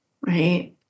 Right